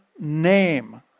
name